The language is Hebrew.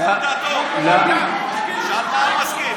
אם הוא מסכים.